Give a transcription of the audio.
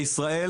בישראל,